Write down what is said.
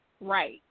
right